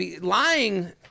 lying